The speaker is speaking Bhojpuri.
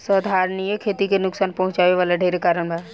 संधारनीय खेती के नुकसान पहुँचावे वाला ढेरे कारण बा